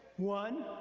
one,